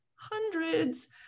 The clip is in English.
hundreds